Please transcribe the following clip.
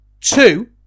Two